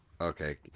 Okay